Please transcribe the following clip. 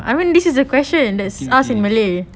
okay okay